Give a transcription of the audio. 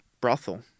brothel